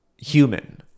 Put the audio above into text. human